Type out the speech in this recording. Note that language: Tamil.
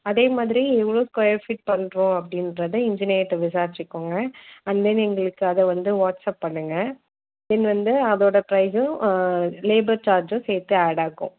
அதே மாதிரி எவ்வளோ ஸ்கொயர் ஃபிட் பண்ணுறோம் அப்படின்றத எஞ்சினியர்கிட்ட விசாரிச்சுக்கோங்க அண்ட் தென் அதை வந்து எங்களுக்கு வாட்ஸப் பண்ணுங்க தென் வந்து அதோட ப்ரைஸும் லேபர் சார்ஜும் சேர்த்து ஆட் ஆகும்